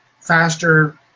faster